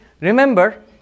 remember